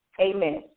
Amen